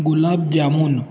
gulab jamun